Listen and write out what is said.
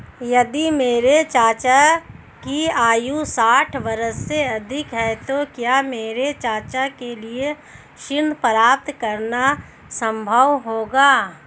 यदि मेरे चाचा की आयु साठ वर्ष से अधिक है तो क्या मेरे चाचा के लिए ऋण प्राप्त करना संभव होगा?